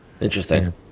interesting